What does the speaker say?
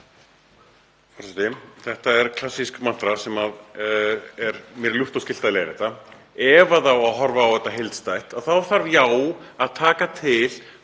Þetta er klassísk mantra sem mér er ljúft og skylt að leiðrétta. Ef það á að horfa á þetta heildstætt þá þarf að taka til